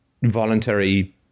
voluntary